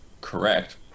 correct